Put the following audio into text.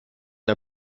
der